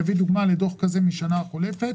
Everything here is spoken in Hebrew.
אני אביא דוגמה לדוח כזה מהשנה החולפת